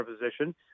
position